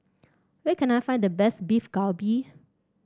where can I find the best Beef Galbi